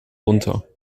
runter